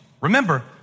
Remember